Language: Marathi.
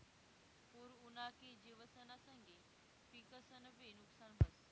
पूर उना की जिवसना संगे पिकंसनंबी नुकसान व्हस